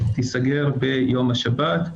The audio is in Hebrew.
תיסגר ביום השבת,